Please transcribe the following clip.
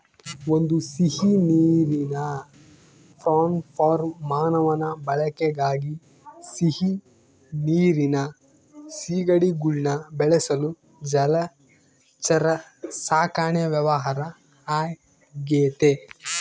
ಒಂದು ಸಿಹಿನೀರಿನ prawn farm ಮಾನವನ ಬಳಕೆಗಾಗಿ ಸಿಹಿನೀರಿನ ಸೀಗಡಿಗುಳ್ನ ಬೆಳೆಸಲು ಜಲಚರ ಸಾಕಣೆ ವ್ಯವಹಾರ ಆಗೆತೆ